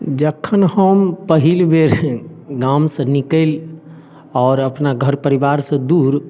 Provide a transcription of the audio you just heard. जखन हम पहिल बेर गाम से निकलि आओर अपना घर परिवार से दूर